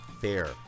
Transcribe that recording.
fair